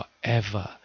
forever